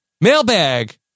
mailbag